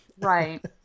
Right